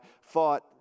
fought